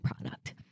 product